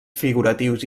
figuratius